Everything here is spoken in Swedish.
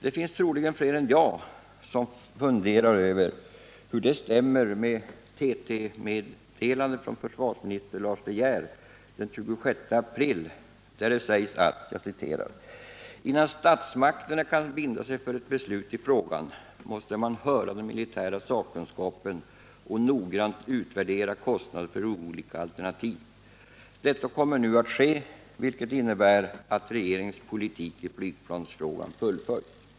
Det finns troligen fler än jag som funderar över hur detta stämmer med TT meddelandet från försvarsminister Lars de Geer den 26 april, där det sägs: ”Innan statsmakterna kan binda sig för ett beslut i frågan måste man höra den militära sakkunskapen och noggrant utvärdera kostnaden för olika alternativ. Detta kommer nu att ske, vilket innebär att regeringens politik i flygplansfrågan fullföljs.